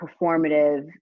performative